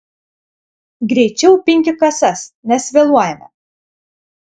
greičiau pinki kasas nes vėluojame